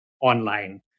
online